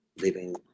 living